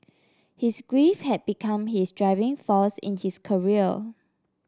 his grief had become his driving force in his career